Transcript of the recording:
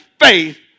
faith